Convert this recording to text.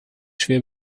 schwer